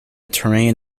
terrain